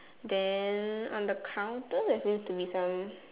then on the counter there seems to be some